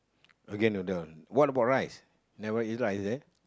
okay noodle what about rice never eat rice is it